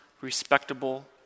respectable